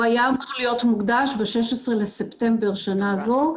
הוא היה אמור להיות מוגש ב-16 בספטמבר שנה זו,